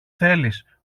θέλεις